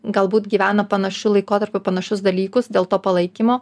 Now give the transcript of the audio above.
galbūt gyvena panašiu laikotarpiu panašius dalykus dėl to palaikymo